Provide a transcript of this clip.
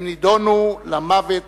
הם נידונו למוות